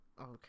Okay